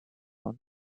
that